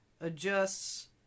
adjusts